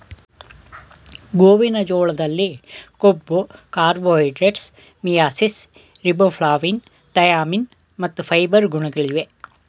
ಗೋವಿನ ಜೋಳದಲ್ಲಿ ಕೊಬ್ಬು, ಕಾರ್ಬೋಹೈಡ್ರೇಟ್ಸ್, ಮಿಯಾಸಿಸ್, ರಿಬೋಫ್ಲಾವಿನ್, ಥಯಾಮಿನ್ ಮತ್ತು ಫೈಬರ್ ನ ಗುಣಗಳಿವೆ